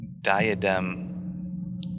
Diadem